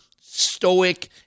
stoic